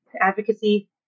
advocacy